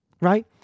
right